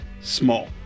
small